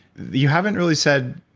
you haven't really said